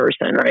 Right